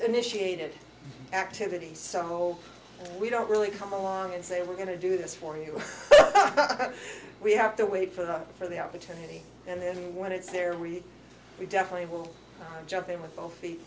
initiated activity so we don't really come along and say we're going to do this for you we have to wait for the for the opportunity and then when it's there really we definitely will jump in with both feet